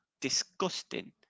disgusting